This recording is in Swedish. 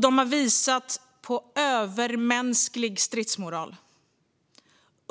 De har visat på övermänsklig stridsmoral.